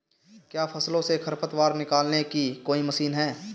क्या फसलों से खरपतवार निकालने की कोई मशीन है?